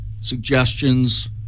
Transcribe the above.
suggestions